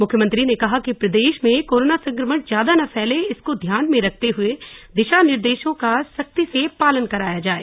मुख्यमंत्री ने कहा कि प्रदेश में कोरोना संक्रमण ज्यादा न फैले इसको ध्यान में रखते हुए लागू दिशा निर्देशों का सख्ती से पालन कराया जाये